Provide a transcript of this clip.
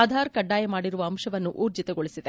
ಆಧಾರ್ ಕಡ್ನಾಯ ಮಾಡಿರುವ ಅಂಶವನ್ನು ಊರ್ಜಿತಗೊಳಿಸಿದೆ